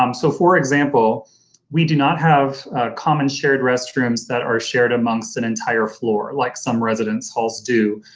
um so, for example we do not have common shared restrooms that are shared amongst an entire floor like some residence halls do.